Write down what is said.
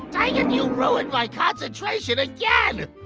dang it, you ruined my concentration again. aw,